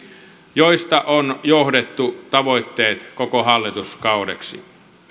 joista on johdettu tavoitteet koko hallituskaudeksi